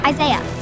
Isaiah